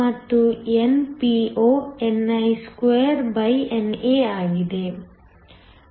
ಮತ್ತು NPo ni2NA ಆಗಿದೆ